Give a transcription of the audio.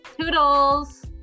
Toodles